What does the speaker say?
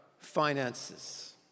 finances